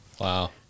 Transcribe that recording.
Wow